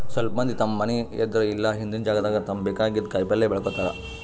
ಸ್ವಲ್ಪ್ ಮಂದಿ ತಮ್ಮ್ ಮನಿ ಎದ್ರ್ ಇಲ್ಲ ಹಿಂದಿನ್ ಜಾಗಾದಾಗ ತಮ್ಗ್ ಬೇಕಾಗಿದ್ದ್ ಕಾಯಿಪಲ್ಯ ಬೆಳ್ಕೋತಾರ್